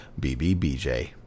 BBBJ